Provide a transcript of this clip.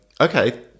Okay